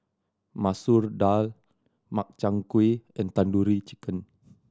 Masoor Dal Makchang Gui and Tandoori Chicken